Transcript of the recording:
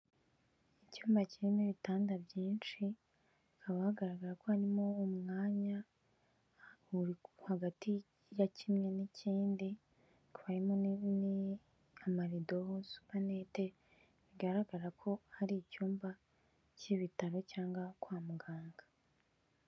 Icyumba kirimo ibitanda byinshi, haba hagaragara ko harimo umwanya uri hagati ya kimwe n'ikindi, kuko harimo n'amarido, supaneti, bigaragara ko ari icyumba cy'ibitaro cyangwa kwa muganga.